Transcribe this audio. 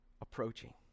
approaching